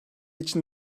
için